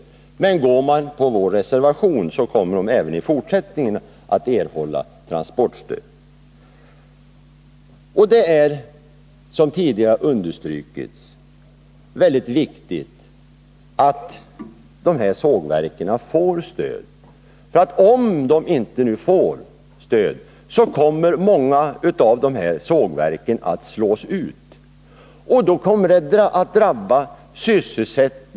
Men går man på vår reservation kommer de även i fortsättningen att erhålla transportstöd. Det är, som tidigare understrukits, väldigt viktigt att de här sågverken får stöd, för om de inte får detta kommer många av dem att slås ut.